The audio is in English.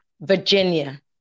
Virginia